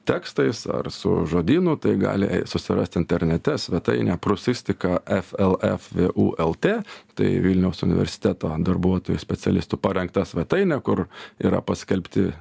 tekstais ar su žodynu tai gali susirast internete svetainę prūsistika f l f vu lt tai vilniaus universiteto darbuotojų specialistų parengta svetainė kur yra paskelbti